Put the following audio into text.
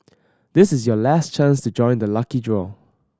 this is your last chance to join the lucky draw